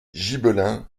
gibelins